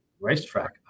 racetrack